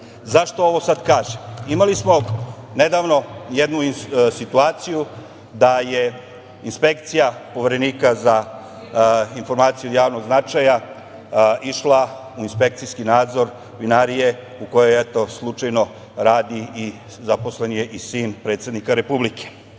ovo kažem? Imali smo nedavno jednu situaciju da je inspekcija Poverenika za informacije od javnog značaja, išla u inspekcijski nadzor vinarije u kojoj, eto, slučajnoj, radi i zaposlen je sin predsednika Republike.